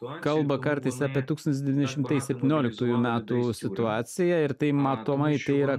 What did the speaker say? kalba kartais apie tūkstantis devyni šimtai septyniolikųjų metų situaciją ir tai matomai yra